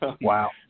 Wow